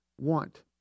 want